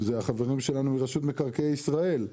זה החברים שלנו מרשות מקרקעי ישראל,